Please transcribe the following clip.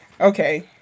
Okay